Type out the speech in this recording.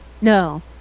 No